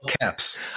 caps